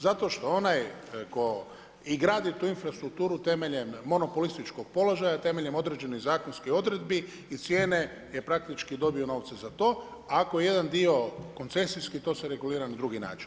Zato što onaj tko i gradi tu infrastrukturu temeljem monopolističkog položaja, temeljem određenih zakonskih odredbi i cijene je praktički dobio novce za to, a ako je jedan dio koncesijski to se regulira na drugi način.